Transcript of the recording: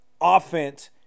offense